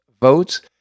votes